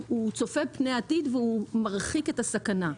הוא צופה פני עתיד והוא מרחיק את הסכנה.